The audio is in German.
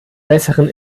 besseren